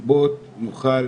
על הסיבות נוכל